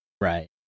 Right